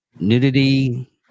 nudity